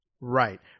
Right